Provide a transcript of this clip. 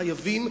חייבים,